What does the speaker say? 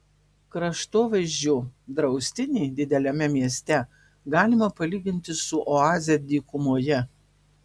kraštovaizdžio draustinį dideliame mieste galima palyginti su oaze dykumoje